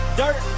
dirt